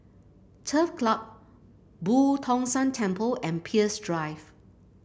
Turf Club Boo Tong San Temple and Peirce Drive